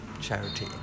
charity